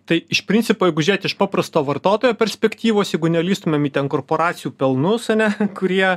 tai iš principo jeigu žiūrėt iš paprasto vartotojo perspektyvos jeigu nelįstumėm į ten korporacijų pelnus ane kurie